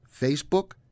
Facebook